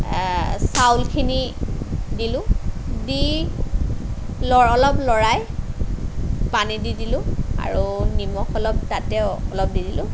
চাউলখিনি দিলোঁ দি লৰ অলপ লৰাই পানী দি দিলোঁ আৰু নিমখ অলপ তাতে অ অলপ দি দিলোঁ